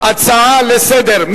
הצעה לסדר-היום.